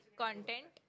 content